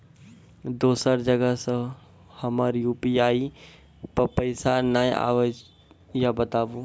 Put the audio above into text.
दोसर जगह से हमर यु.पी.आई पे पैसा नैय आबे या बताबू?